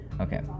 Okay